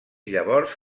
llavors